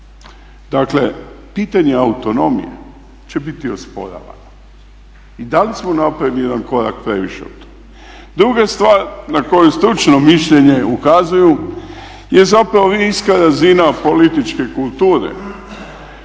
Dakle, pitanje autonomije će biti osporavano. I da li smo napravili jedan korak previše tu. Druga je stvar na koju stručno mišljenje ukazuju je zapravo niska razina političke kulture